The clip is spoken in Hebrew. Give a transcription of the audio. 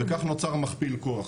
וכך נוצר מכפיל כוח.